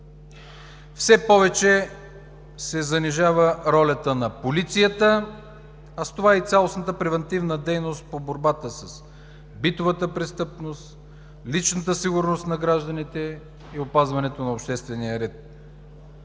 Все повече се занижава ролята на полицията, а с това и цялостната превантивна дейност по борбата с битовата престъпност, личната сигурност на гражданите и опазването на обществения ред.